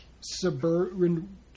suburban